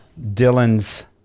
Dylan's